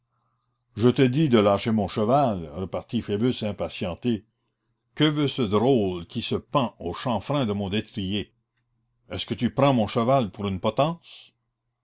je te dis de lâcher mon cheval repartit phoebus impatienté que veut ce drôle qui se pend au chanfrein de mon destrier est-ce que tu prends mon cheval pour une potence